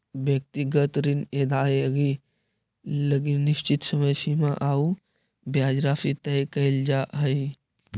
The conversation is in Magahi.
व्यक्तिगत ऋण अदाएगी लगी निश्चित समय सीमा आउ ब्याज राशि तय कैल जा हइ